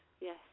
Yes